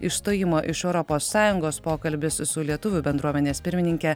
išstojimo iš europos sąjungos pokalbis su lietuvių bendruomenės pirmininke